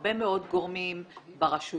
הרבה מאוד גורמים ברשויות,